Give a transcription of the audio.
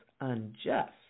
unjust